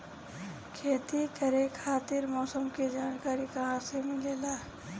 खेती करे खातिर मौसम के जानकारी कहाँसे मिलेला?